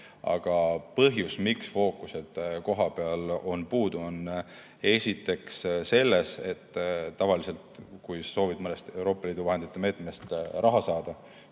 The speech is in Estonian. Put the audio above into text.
Aga põhjus, miks fookused kohapeal on puudu, seisneb esiteks selles, et tavaliselt, kui soovid mõnest Euroopa Liidu vahendite meetmest raha saada,